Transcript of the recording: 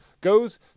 goes